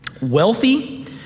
wealthy